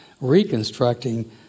reconstructing